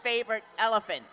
favorite elephant